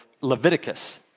Leviticus